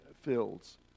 fields